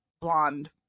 blonde